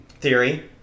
theory